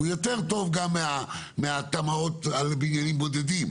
הוא יותר טוב גם מהתמ"אות על בניינים בודדים,